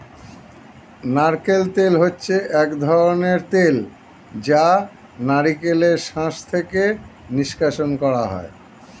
নারকেল তেল হচ্ছে এক ধরনের তেল যা নারকেলের শাঁস থেকে নিষ্কাশণ করা হয়